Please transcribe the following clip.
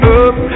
up